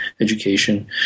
education